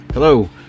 Hello